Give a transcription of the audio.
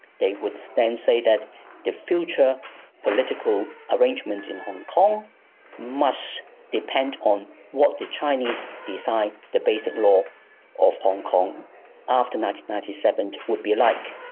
they would then say that the future political arrangement in hong kong must depend on what the chinese decide the basic law of hong kong after and ninety seven would be like.